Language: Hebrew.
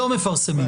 לא מפרסמים.